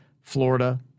Florida